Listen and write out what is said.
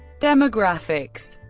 demographics